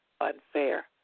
unfair